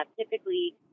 typically